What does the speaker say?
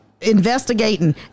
investigating